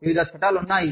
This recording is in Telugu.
వివిధ చట్టాలు ఉన్నాయి